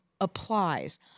applies